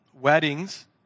Weddings